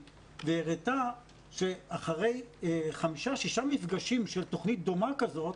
והראתה שאחרי חמישה שישה מפגשים של תוכנית דומה כזאת,